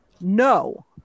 no